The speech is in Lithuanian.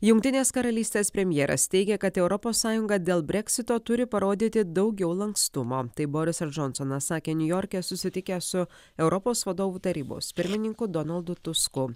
jungtinės karalystės premjeras teigia kad europos sąjunga dėl breksito turi parodyti daugiau lankstumo tai borisas džonsonas sakė niujorke susitikęs su europos vadovų tarybos pirmininku donaldu tusku